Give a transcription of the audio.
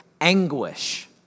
anguish